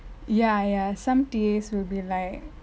ya ya some T_As will be like